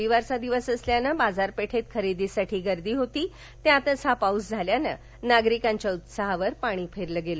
रविवारचा दिवस असल्याने बाजारपेठेत खरेदीसाठी गर्दी होती त्यात त्यातच पाऊस झाल्याने नागरिकांच्या उत्साहावर पाणी फेरले गेले